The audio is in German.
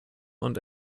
und